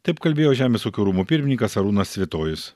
taip kalbėjo žemės ūkio rūmų pirmininkas arūnas svitojus